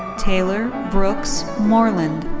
taylor brooks moreland.